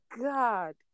God